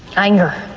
anger,